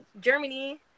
germany